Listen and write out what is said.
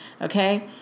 okay